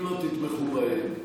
אם לא תתמכו בהם ותגידו: